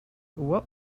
what